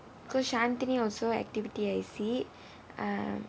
because shanthini also activity I_C um